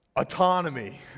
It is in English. autonomy